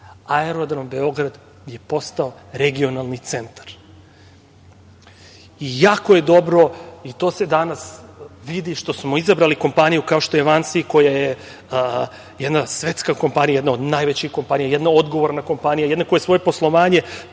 Beograd. Aerodrom Beograd je postao regionalni centar i jako je dobro i to se danas vidi što smo izabrali kompaniju kao što je VANSI, koja je jedna svetska kompanija, jedana od najvećih kompanija, jedna odgovorna kompanija, koja svoje poslovanje